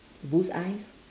bullseyes